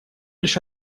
лишь